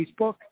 Facebook